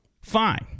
fine